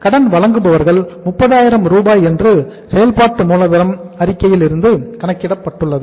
கடன் வழங்குபவர்கள் 30000 ரூபாய் என்று செயல்பாட்டு மூலதனம் அறிக்கையிலிருந்து கணக்கிடப்பட்டுள்ளது